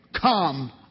come